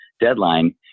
deadline